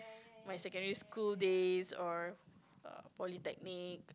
my secondary school days or err polytechnic